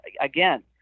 again